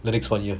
the next one year